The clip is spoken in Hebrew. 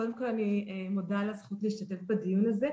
קודם כל אני מודה על הזכות להשתתף בדיון הזה.